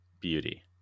Beauty